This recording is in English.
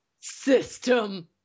system